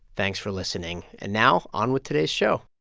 thanks for listening, and now on with today's show